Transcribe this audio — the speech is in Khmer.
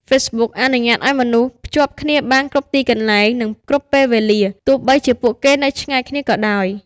Facebook អនុញ្ញាតឲ្យមនុស្សភ្ជាប់គ្នាបាន គ្រប់ទីកន្លែង និងគ្រប់ពេលវេលា ទោះបីជាពួកគេនៅឆ្ងាយគ្នាក៏ដោយ។